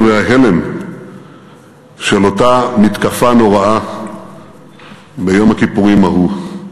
וההלם של אותה מתקפה נוראה ביום הכיפורים ההוא.